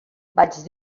vaig